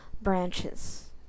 branches